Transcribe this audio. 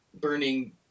burning